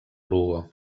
lugo